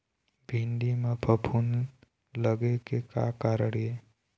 भिंडी म फफूंद लगे के का कारण ये?